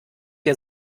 der